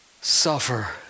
Suffer